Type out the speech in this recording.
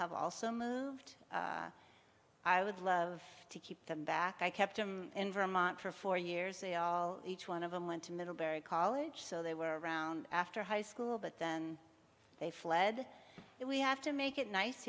have also moved i would love to keep them back i kept them in vermont for four years they all each one of them went to middlebury college so they were around after high school but then they fled and we have to make it nice